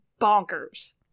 bonkers